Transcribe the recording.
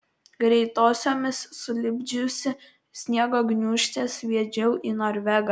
greitosiomis sulipdžiusi sniego gniūžtę sviedžiau į norvegą